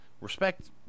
respect